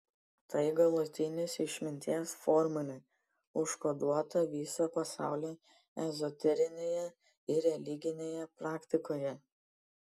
tai galutinės išminties formulė užkoduota viso pasaulio ezoterinėje ir religinėje praktikoje